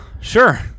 Sure